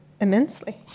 immensely